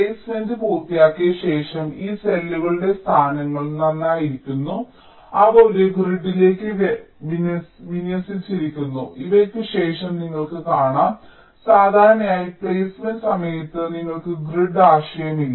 placement പൂർത്തിയാക്കിയ ശേഷം ഈ സെല്ലുകളുടെ സ്ഥാനങ്ങൾ നന്നായിരിക്കുന്നു അവ ഒരു ഗ്രിഡിലേക്ക് വിന്യസിച്ചിരിക്കുന്നു ഇവയ്ക്ക് ശേഷം നിങ്ങൾക്ക് കാണാം സാധാരണയായി പ്ലേസ്മെന്റ് സമയത്ത് ഞങ്ങൾക്ക് ഗ്രിഡ് ആശയം ഇല്ല